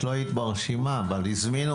מייד.